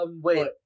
Wait